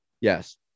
Yes